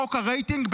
בחוק הרייטינג,